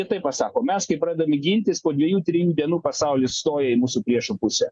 jie taip pasako mes kaip pradedam gintis po dviejų trijų dienų pasaulis stoja į mūsų priešo pusę